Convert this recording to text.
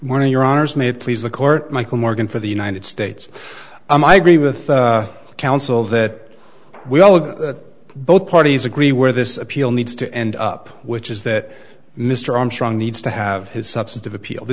more than your honour's may please the court michael morgan for the united states i agree with counsel that both parties agree where this appeal needs to end up which is that mr armstrong needs to have his substantive appeal the